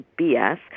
BS